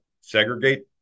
segregate